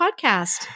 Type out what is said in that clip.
podcast